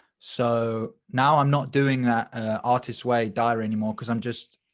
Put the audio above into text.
so now i'm not doing that artists way diary anymore because i'm just